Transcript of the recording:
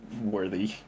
worthy